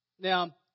Now